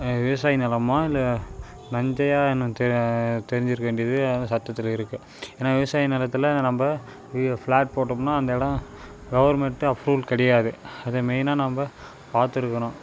விவசாய நிலமாக இல்லை நஞ்சையா என்னும் தெ தெரிஞ்சுருக்க வேண்டியது சட்டத்தில் இருக்குது ஏன்னால் விவசாய நிலத்தில் நம்ம வீ ஃப்ளாட் போட்டோம்னா அந்த இடம் கவர்மெண்ட்டு அஃப்ரூல் கிடையாது அதை மெயினாக நம்ம பார்த்துருக்கணும்